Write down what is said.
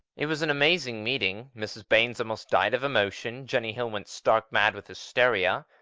it was an amazing meeting. mrs baines almost died of emotion. jenny hill went stark mad with hysteria.